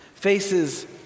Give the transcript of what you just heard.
faces